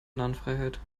narrenfreiheit